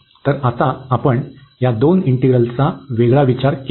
तर आता आपण या दोन इंटिग्रलचा वेगळा विचार केला आहे